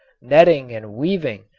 netting and weaving,